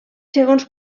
segons